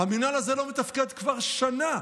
היא שהמינהל הזה לא מתפקד כבר שנה,